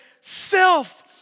self